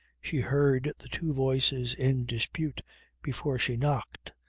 she heard the two voices in dispute before she knocked,